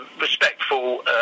respectful